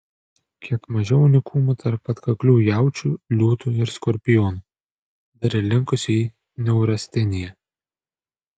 kiek mažiau unikumų tarp atkaklių jaučių liūtų ir skorpionų dar ir linkusių į neurasteniją